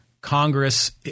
Congress